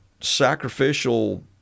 sacrificial